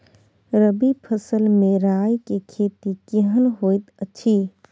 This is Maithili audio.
रबी फसल मे राई के खेती केहन होयत अछि?